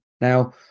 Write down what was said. now